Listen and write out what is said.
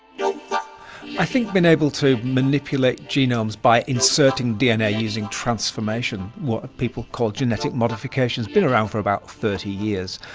you know i think being able to manipulate genomes by inserting dna using transformation, what people call genetic modification, has been around for about thirty years.